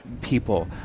people